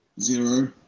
Zero